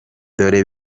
dore